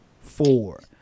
four